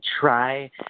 try